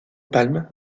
palme